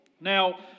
Now